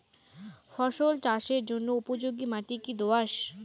ফসল চাষের জন্য উপযোগি মাটি কী দোআঁশ?